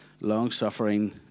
long-suffering